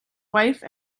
wife